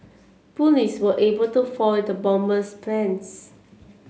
police were able to foil the bomber's plans